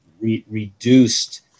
Reduced